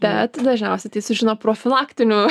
bet dažniausiai tai sužino profilaktinių